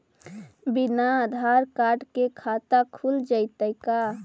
बिना आधार कार्ड के खाता खुल जइतै का?